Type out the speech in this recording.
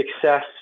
success